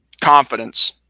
Confidence